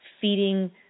Feeding